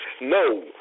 No